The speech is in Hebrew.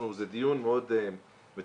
זה דיון מאוד מתורבת,